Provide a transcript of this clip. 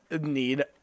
need